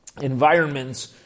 environments